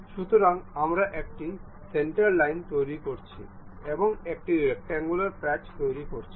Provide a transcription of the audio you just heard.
সুতরাং আমরা একটি সেন্টার লাইন তৈরি করেছি এবং একটি রেকটাঙ্গুলার প্যাচ তৈরি করেছি